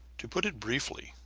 to put it briefly,